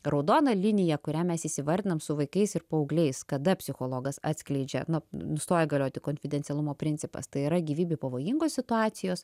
raudona linija kurią mes įsivardinam su vaikais ir paaugliais kada psichologas atskleidžia nu nustoja galioti konfidencialumo principas tai yra gyvybei pavojingos situacijos